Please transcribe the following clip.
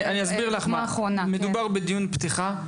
מדובר בדיון פתיחה.